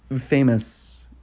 famous